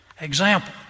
Example